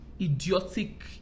idiotic